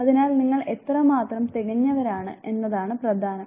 അതിനാൽ നിങ്ങൾ എത്രമാത്രം തികഞ്ഞവരാണ് എന്നതാണ് പ്രധാനം